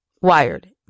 Wired